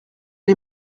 les